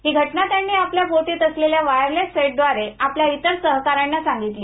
ही घटना त्यांनी आपल्या बोटीत असलेल्या वायरलेस सेट द्वारे आपल्या इतर सहकाऱ्यांना सांगितली